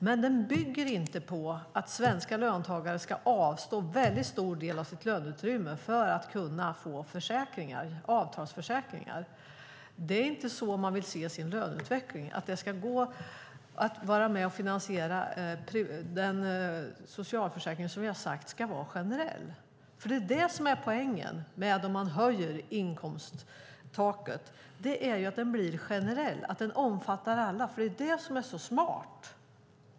Men den bygger inte på att svenska löntagare ska avstå en stor del av sitt löneutrymme för att kunna få avtalsförsäkringar. Det är inte så man vill se sin löneutveckling. Den ska inte gå till att vara med och finansiera den socialförsäkring som vi har sagt ska vara generell. Det är det som är poängen med att höja inkomsttaket: Försäkringen blir generell och omfattar alla. Det är det som är så smart.